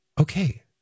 Okay